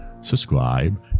subscribe